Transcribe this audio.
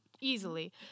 easily